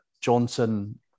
Johnson